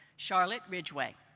charlotte ridgeway.